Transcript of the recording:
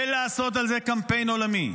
ולעשות על זה קמפיין עולמי,